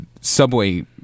subway